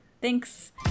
Thanks